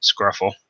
scruffle